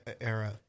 era